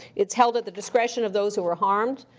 it's held at the discretion of those who were harmed.